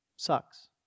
Sucks